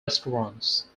restaurants